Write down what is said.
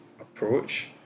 approach